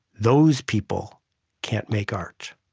those people can't make art.